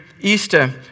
Easter